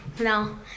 No